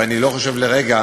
ואני לא חושב לרגע